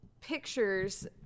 pictures